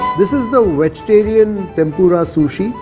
this is the vegetarian tempura sushi.